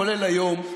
כולל היום,